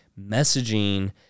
messaging